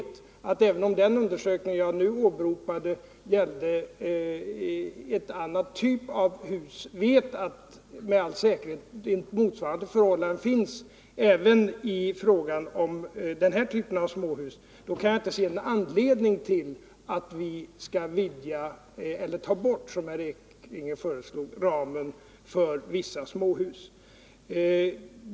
Även om den undersökning jag nyss åberopade gällde en annan typ av hus vet vi med all säkerhet att motsvarande förhållande finns även i fråga om den här typen av småhus. Jag kan därför inte se någon anledning till att vi skall ta bort, som herr Ekinge föreslog, ramen för vissa småhus.